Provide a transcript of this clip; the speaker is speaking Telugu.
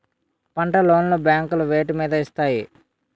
పంట లోన్ లు బ్యాంకులు వేటి మీద ఇస్తాయి?